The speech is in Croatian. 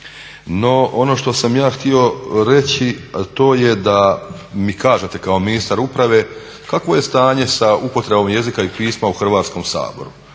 No ono što sam ja htio reći to je da mi kažete kao ministar uprave kakvo je stanje sa upotrebom jezika i pisma u Hrvatskom saboru.